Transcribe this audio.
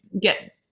get